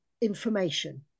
information